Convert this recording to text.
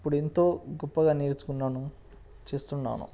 ఇప్పుడు ఎంతో గొప్పగా నేర్చుకున్నాను చేస్తున్నాను